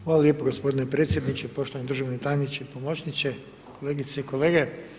Hvala lijepo gospodine predsjedniče, poštovani državni tajniče i pomoćniče, kolegice i kolege.